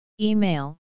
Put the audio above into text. Email